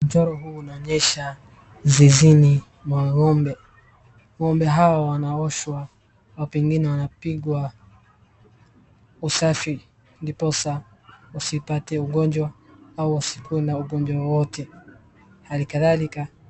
Mchoro huu unaonyesha zizini mwa ng'ombe. Ng'ombe hawa wanaoshwa au pengine wanapigwa usafi ndiposa wasipate ugonjwa au wasikuwe na ugonjwa wowote. Hali kadhalika.